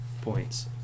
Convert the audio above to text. points